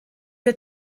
der